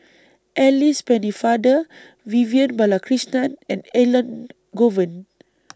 Alice Pennefather Vivian Balakrishnan and Elangovan